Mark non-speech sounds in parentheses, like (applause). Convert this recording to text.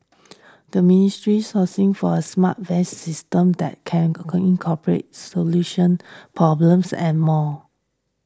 the ministry sourcing for a smart vest system that can (unintelligible) corporate solutions problems and more